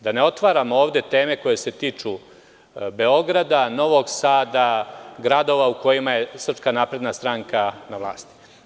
Da ne otvaramo ovde teme koje se tiču Beograda, Novog Sada, gradova u kojima je SNS na vlasti.